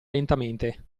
lentamente